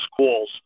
schools